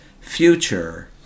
future